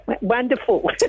wonderful